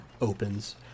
opens